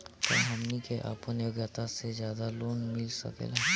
का हमनी के आपन योग्यता से ज्यादा लोन मिल सकेला?